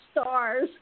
stars